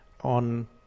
on